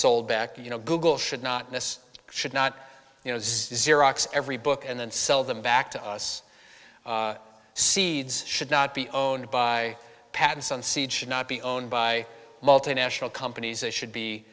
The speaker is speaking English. sold back you know google should not miss should not you know every book and then sell them back to us seeds should not be owned by patents on seed should not be owned by multinational companies it should be